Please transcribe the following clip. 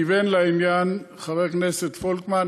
כִּיוון לעניין חבר הכנסת פולקמן,